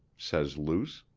says luce.